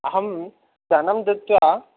अहं धनं दत्वा